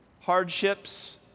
hardships